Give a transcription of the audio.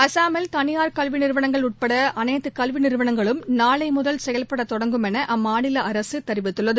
அசாமில் தனியார் கல்வி நிறுவனங்கள் உட்பட அனைத்து கல்வி நிறுவனங்களும் நாளை முதல் செயல்பட தொடங்கும் என அம்மாநில அரசு தெரிவித்துள்ளது